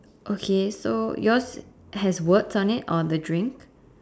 okay so yours has words on it on the drink